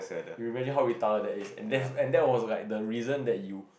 you imagine how retarded that is and there's and that was like the reason that you